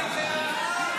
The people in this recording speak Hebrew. הצבעה.